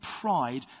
pride